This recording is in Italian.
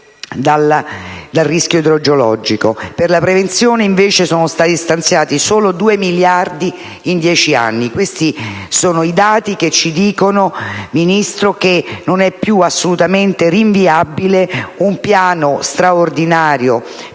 dal rischio idrogeologico. Per la prevenzione invece sono stati stanziati solo 2 miliardi in 10 anni. Questi dati, signor Ministro, ci dicono che non è più assolutamente rinviabile un piano straordinario